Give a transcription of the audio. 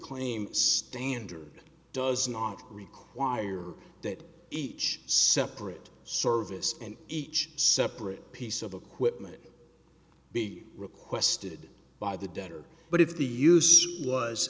claim standard does not require that each separate service and each separate piece of equipment be requested by the donor but if the use was